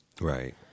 Right